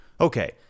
Okay